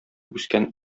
үскән